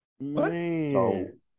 Man